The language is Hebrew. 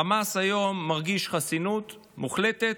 חמאס היום מרגיש חסינות מוחלטת.